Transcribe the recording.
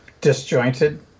disjointed